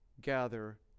gather